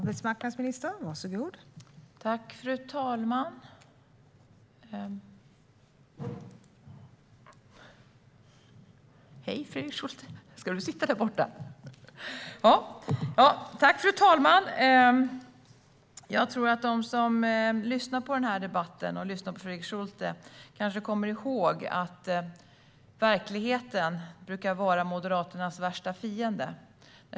Fru talman! Jag tror att de som lyssnar på den här debatten och på Fredrik Schulte kommer ihåg att verkligheten brukar vara Moderaternas värsta fiende.